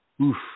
Oof